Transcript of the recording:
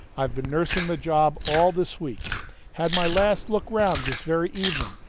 i've been nursing the job all this week had my last look round this very evening,